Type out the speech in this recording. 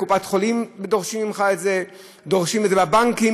טוב, זה לא דו-שיח כרגע.